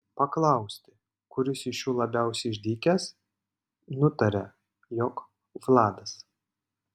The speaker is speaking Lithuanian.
paklausti kuris iš jų labiau išdykęs nutaria jog vladas